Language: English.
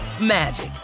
magic